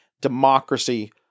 democracy